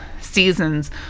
seasons